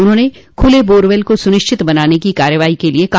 उन्होंने खुले बोरवेल को सुनिश्चित बनाने की कार्रवाइ के लिये कहा